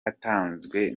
atanzwe